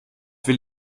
will